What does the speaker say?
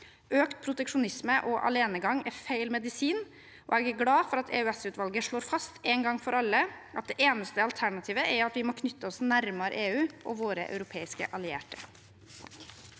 Økt proteksjonisme og alenegang er feil medisin. Jeg er glad for at EØS-utvalget slår fast en gang for alle at det eneste alternativet er at vi må knytte oss nærmere til EU og våre europeiske allierte.